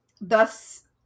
thus